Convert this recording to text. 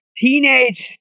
teenage